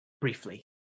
Briefly